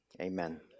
Amen